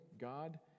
God